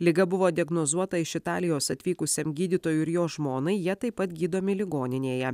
liga buvo diagnozuota iš italijos atvykusiam gydytojui ir jo žmonai jie taip pat gydomi ligoninėje